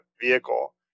vehicle